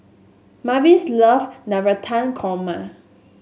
Mavis love Navratan Korma